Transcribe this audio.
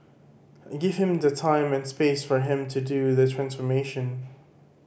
give him the time and space for him to do the transformation